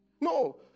No